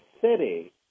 city